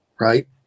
Right